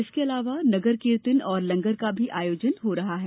इसके अलावा नगर कीर्तन और लंगर का भी आयोजन हो रहा है